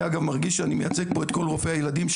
אני אגב מרגיש שאני מייצג פה את כל רופאי הילדים,